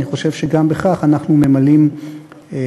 אני חושב שגם בכך אנחנו ממלאים חוב.